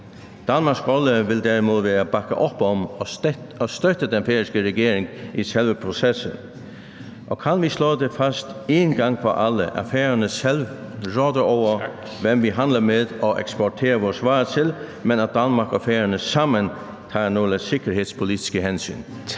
Danmarks rolle vil derimod være at bakke op om og støtte den færøske regering i selve processen. Og kan vi slå fast en gang for alle, at Færøerne selv råder over, hvem vi handler med og eksporterer vores varer til, men at Danmark og Færøerne sammen har nogle sikkerhedspolitiske hensyn?